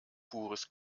pures